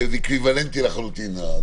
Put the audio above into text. שזה אקוויוולנטי לחלוטין הדבר הזה.